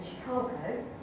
Chicago